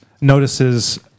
notices